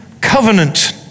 covenant